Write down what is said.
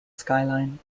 skyline